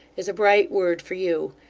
is a bright word for you,